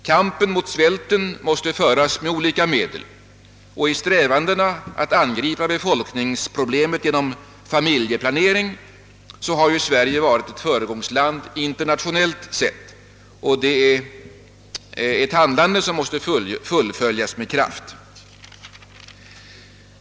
Kampen mot svälten måste föras med olika medel, och i strävandena att angripa befolkningsproblemet genom familjeplanering har ju Sverige varit ett föregångsland internationellt sett. Detta är ett handlande som måste fullföljas med kraft.